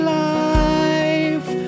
life